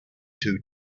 two